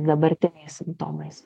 dabartiniais simptomais